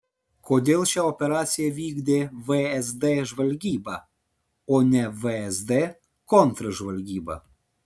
kodėl šią operaciją vykdė vsd žvalgyba o ne vsd kontržvalgyba